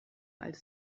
als